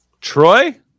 Troy